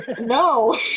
no